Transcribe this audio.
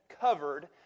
covered